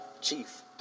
Chief